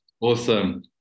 Awesome